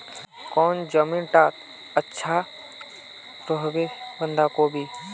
कौन जमीन टत अच्छा रोहबे बंधाकोबी?